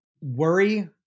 worry